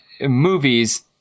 movies—